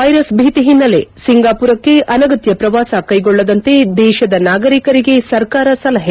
corona virus ಭೀತಿ ಹಿನ್ನೆಲೆ ಸಿಂಗಾಪುರಕ್ಕೆ ಅನಗತ್ತ ಪ್ರವಾಸ ಕೈಗೊಳ್ಳದಂತೆ ದೇಶದ ನಾಗರಿಕರಿಗೆ ಸರ್ಕಾರ ಸಲಹೆ